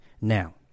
Now